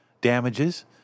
damages